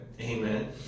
amen